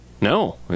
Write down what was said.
No